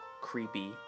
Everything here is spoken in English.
creepy